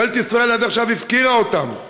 ממשלת ישראל עד עכשיו הפקירה אותם.